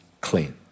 clean